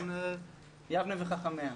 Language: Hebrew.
יבנה וחכמיה.